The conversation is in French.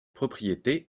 propriété